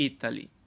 Italy